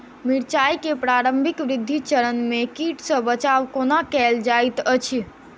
मिर्चाय केँ प्रारंभिक वृद्धि चरण मे कीट सँ बचाब कोना कैल जाइत अछि?